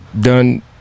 done